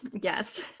Yes